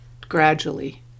gradually